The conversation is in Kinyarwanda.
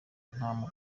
nta